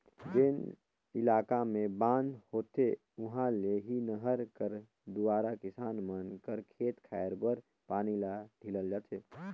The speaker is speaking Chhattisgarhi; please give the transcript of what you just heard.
जेन इलाका मे बांध होथे उहा ले ही नहर कर दुवारा किसान मन कर खेत खाएर बर पानी ल ढीलल जाथे